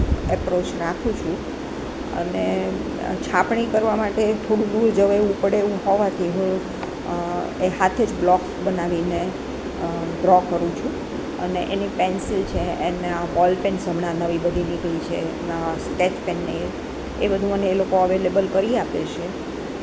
approach રાખું છું અને છાપણી કરવા માટે થોડું દૂર જવું પડે એવું હોવાથી હું એ હાથે જ બ્લોક બનાવીને ડ્રો કરું છું અને એની પેન્સિલ છે એનાં બોલપેન્સ હમણાં નવી બધી લીધી છે એનાં સ્કેચ પેનને એ એ બધું મને એ લોકો અવેલેબલ કરી આપે છે